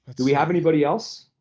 but do we have anybody else?